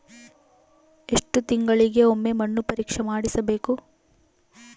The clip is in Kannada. ಎಷ್ಟು ತಿಂಗಳಿಗೆ ಒಮ್ಮೆ ಮಣ್ಣು ಪರೇಕ್ಷೆ ಮಾಡಿಸಬೇಕು?